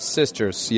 sisters